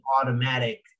automatic